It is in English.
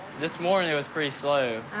this morning, it was pretty slow,